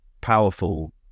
powerful